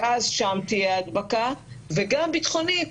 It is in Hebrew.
שאז שם תהיה ההדבקה, וגם ביטחונית,